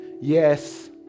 yes